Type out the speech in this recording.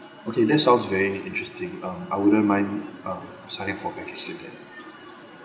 okay that's sounds very interesting um I wouldn't mind um signing up for package you gave